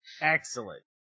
Excellent